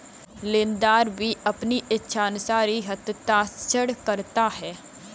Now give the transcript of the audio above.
लेनदार भी अपनी इच्छानुसार ही हस्ताक्षर करता है